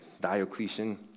Diocletian